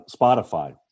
Spotify